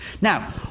Now